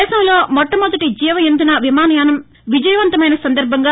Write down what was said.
దేశంలో మొట్టమొదటి జీవ ఇంధన విమానయానం విజయవంతమైన సందర్భంగా